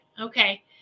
Okay